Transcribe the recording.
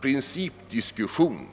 principdiskussion.